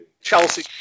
Chelsea